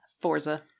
Forza